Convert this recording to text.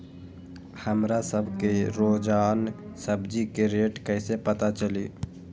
हमरा सब के रोजान सब्जी के रेट कईसे पता चली?